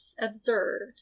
observed